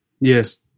Yes